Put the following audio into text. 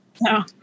No